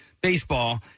baseball